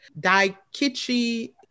Daikichi